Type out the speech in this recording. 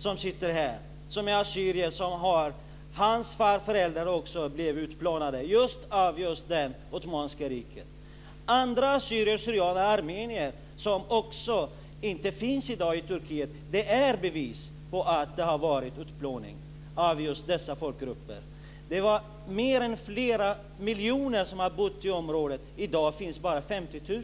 som sitter här är ett bevis. Han är assyrier, och hans farföräldrar blev utplånade av just det ottomanska riket. Andra assyrier/syrianer och armenier som inte finns i dag i Turkiet är bevis på att det har varit en utplåning av just dessa folkgrupper. Det var flera miljoner som bodde i området. I dag finns det bara 50 000.